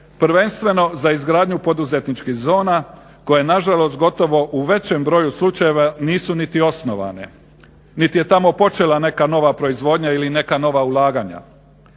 prvenstveno za izgradnju poduzetničkih zona koje nažalost gotovo u većem broju slučajeva nisu niti osnovane niti je tamo počela neka nova proizvodnja ili neka nova ulaganja.